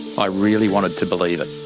i really wanted to believe it.